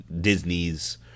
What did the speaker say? Disney's